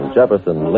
Jefferson